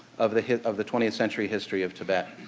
of the hit of the twentieth century history of tibet